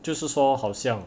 就是说好像